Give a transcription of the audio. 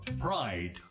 Pride